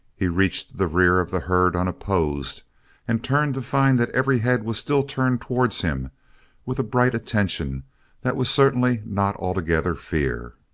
he reached the rear of the herd unopposed and turned to find that every head was still turned towards him with a bright attention that was certainly not altogether fear.